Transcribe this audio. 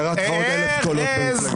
ירדו לך עוד 1,000 קולות --- ארז,